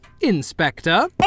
Inspector